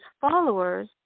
followers